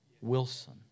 Wilson